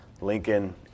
Lincoln